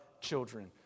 children